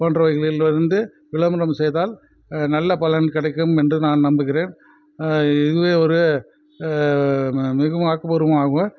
போன்றவைகளில் இருந்து விளம்பரம் செய்தால் நல்ல பலன் கிடைக்கும் என்று நான் நம்புகிறேன் இதுவே ஒரு மிகவும் ஆக்கபூர்வமாகும்